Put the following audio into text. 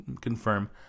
confirm